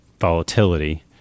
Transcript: volatility